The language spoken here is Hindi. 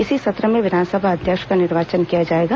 इसी सत्र में विधानसभा अध्यक्ष का निर्वाचन किया जाएगा